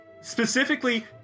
Specifically